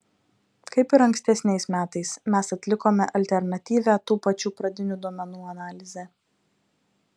kaip ir ankstesniais metais mes atlikome alternatyvią tų pačių pradinių duomenų analizę